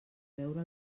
veure